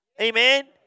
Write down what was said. Amen